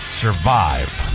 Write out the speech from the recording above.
survive